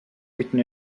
written